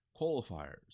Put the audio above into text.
qualifiers